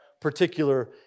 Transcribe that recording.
particular